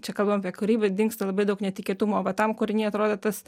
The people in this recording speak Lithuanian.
čia kalbam apie kūrybą ir dingsta labai daug netikėtumo va tam kūriny atrodo tas